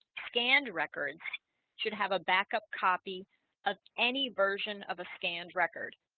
scanned records should have a backup copy of any version of a scanned record